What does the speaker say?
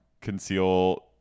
conceal